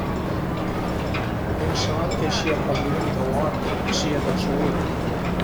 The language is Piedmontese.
Pensand ch'ai sia pa gnün davanti, che sie da sul